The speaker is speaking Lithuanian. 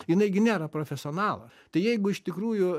jinai gi nėra profesionalas tai jeigu iš tikrųjų